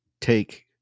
take